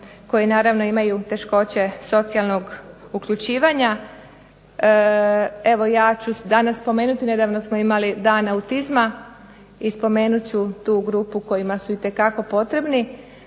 koji naravno imaju teškoće socijalnog uključivanja. Evo ja ću danas spomenuti, nedavno smo imali Dan autizma i spomenut ću tu grupu kojima su itekako potrebni